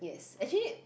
yes actually